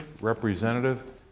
representative